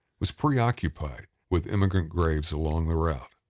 was pre-occupied with emigrant graves along the route.